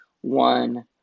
one